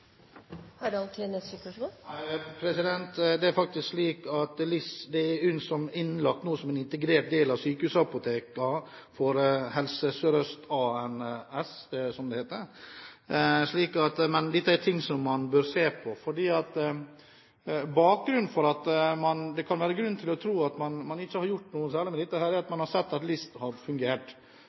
Det er faktisk slik at LIS nå er lagt inn som en integrert del av Sykehusapotekene, ANS, som det het, i Helse Sør-Øst. Men dette er ting man bør se på. Bakgrunnen for at man ikke har gjort noe særlig med dette, kan være at man har sett at LIS har fungert, og at man har hatt store besparelser. Saken er bare den at